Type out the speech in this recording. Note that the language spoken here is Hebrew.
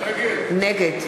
נגד